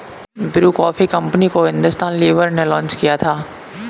Bru coffee company को Hindustan Lever ने launch किया था